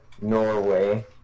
Norway